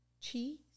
Cheese